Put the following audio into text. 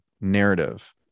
narrative